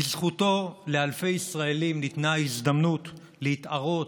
בזכותו לאלפי ישראלים ניתנה ההזדמנות להתערות,